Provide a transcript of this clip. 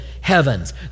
heavens